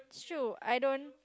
true I don't